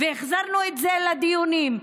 והחזרנו את זה לדיונים,